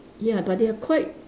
ya but they are quite